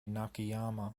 nakayama